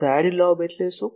side lobe એટલે શું